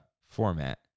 format